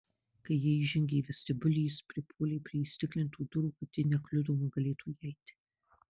kai jie įžengė į vestibiulį jis pripuolė prie įstiklintų durų kad ji nekliudoma galėtų įeiti